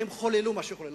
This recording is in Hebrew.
והם חוללו מה שחוללו.